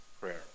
prayer